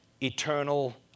eternal